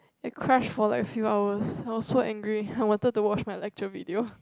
it crash for like a few hours I was so angry I wanted to watch my lecture video